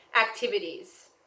activities